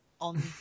on